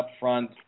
upfront